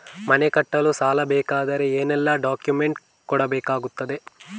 ಮನೆ ಕಟ್ಟಲು ಸಾಲ ಸಿಗಬೇಕಾದರೆ ಏನೆಲ್ಲಾ ಡಾಕ್ಯುಮೆಂಟ್ಸ್ ಕೊಡಬೇಕಾಗುತ್ತದೆ?